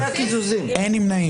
הצבעה לא אושרה נפל.